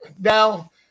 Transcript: now